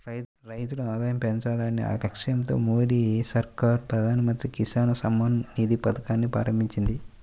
రైతుల ఆదాయం పెంచాలనే లక్ష్యంతో మోదీ సర్కార్ ప్రధాన మంత్రి కిసాన్ సమ్మాన్ నిధి పథకాన్ని ప్రారంభించింది